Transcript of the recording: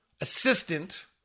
assistant